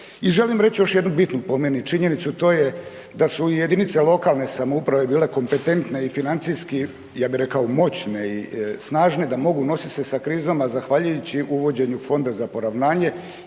želim reći, još jednu bitnu, po meni činjenicu, to je da su jedinice lokalne samouprave bile kompetentne i financijski, ja bih rekao moćne i snažne da mogu nositi se sa krizom, a zahvaljujući uvođenju fonda za poravnanje